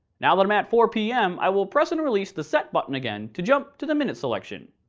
now that i'm at four pm i will press and release the set button again to jump to the minutes selection.